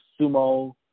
sumo